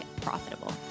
profitable